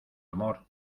amor